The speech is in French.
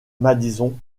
madison